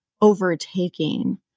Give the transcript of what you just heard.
overtaking